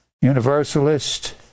Universalist